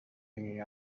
hanging